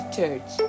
Church